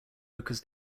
because